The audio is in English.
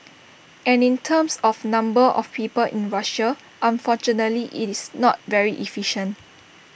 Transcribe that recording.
and in terms of number of people in Russia unfortunately IT is not very efficient